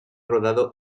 rodado